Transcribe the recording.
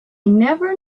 never